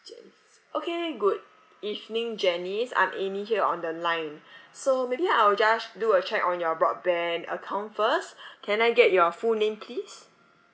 janice okay good evening janice I'm amy here on the line so maybe I will just do a check on your broadband account first can I get your full name please